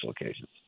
occasions